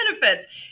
benefits